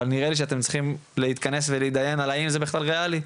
אבל נראה לי שאתם צריכים להתכנס ולהתדיין על האם זה בכלל ריאלי.